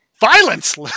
violence